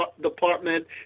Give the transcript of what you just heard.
department